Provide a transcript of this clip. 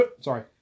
Sorry